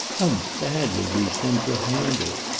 how badly these things were handled!